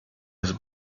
his